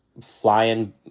flying